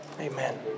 Amen